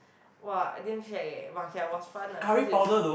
!wah! damn shag eh but okay was fun ah cause is